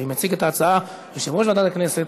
מציג את ההצעה יושב-ראש ועדת הכנסת,